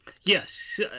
Yes